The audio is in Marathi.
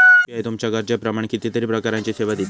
यू.पी.आय तुमच्या गरजेप्रमाण कितीतरी प्रकारचीं सेवा दिता